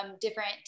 different